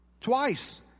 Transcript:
Twice